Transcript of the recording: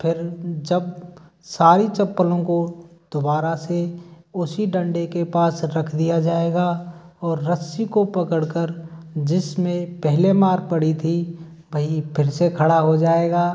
फिर जब सारी चप्पलों को दोबारा से उसी डंडे के पास रख दिया जाएगा और रस्सी को पकड़कर जिस में पहले मार पड़ी थी वही फिर से खड़ा हो जाएगा